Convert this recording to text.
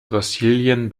brasilien